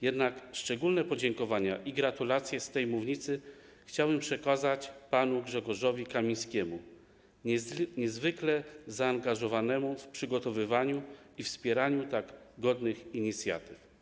Jednak szczególne podziękowania i gratulacje z tej mównicy chciałbym przekazać panu Grzegorzowi Kamińskiemu, niezwykle zaangażowanemu w przygotowywanie i wspieranie tak godnych inicjatyw.